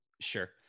Sure